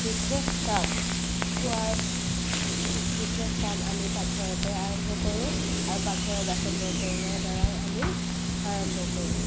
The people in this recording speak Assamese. বিশেষ কাম খোৱাৰ বিশেষ কাম আমি পাকঘৰতে আৰম্ভ কৰোঁ আৰু পাকঘৰৰ বাচন বৰ্তনৰ দ্বাৰাই আমি আৰম্ভ কৰোঁ